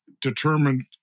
determined